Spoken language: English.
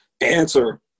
answer